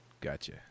Gotcha